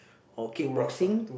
or kick boxing